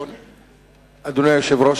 אני אהיה פה,